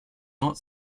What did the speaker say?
not